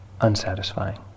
unsatisfying